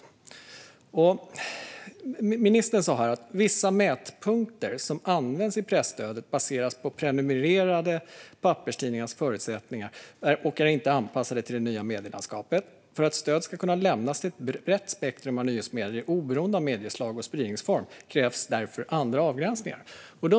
Ministern sa här att vissa mätpunkter som används i presstödet baseras på prenumererade papperstidningars förutsättningar och inte är anpassade till det nya medielandskapet. För att stöd ska kunna lämnas till ett brett spektrum av nyhetsmedier oberoende av medieslag och spridningsform krävs därför andra avgränsningar.